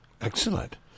Excellent